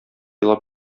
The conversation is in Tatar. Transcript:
елап